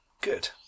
Good